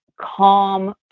calm